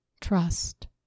trust